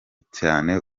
cyane